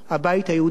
הבית היהודי,